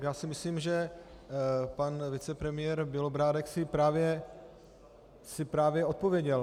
Já si myslím, že pan vicepremiér Bělobrádek si právě odpověděl.